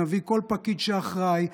נביא כל פקיד שאחראי,